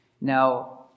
Now